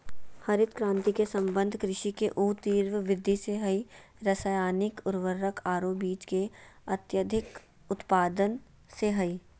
हरित क्रांति के संबंध कृषि के ऊ तिब्र वृद्धि से हई रासायनिक उर्वरक आरो बीज के अत्यधिक उत्पादन से हई